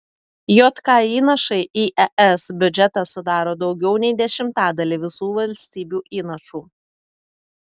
jk įnašai į es biudžetą sudaro daugiau nei dešimtadalį visų valstybių įnašų